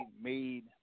made